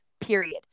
Period